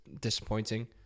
disappointing